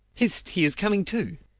hist, he is coming to!